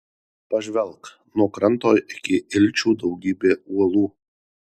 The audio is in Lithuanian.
pažvelk nuo kranto iki ilčių daugybė uolų